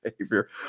savior